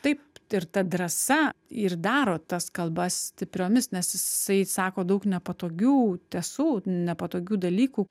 taip ir ta drąsa ir daro tas kalbas stipriomis nes jisai sako daug nepatogių tiesų nepatogių dalykų